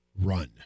run